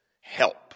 help